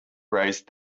raised